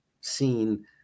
seen